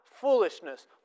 foolishness